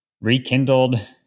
rekindled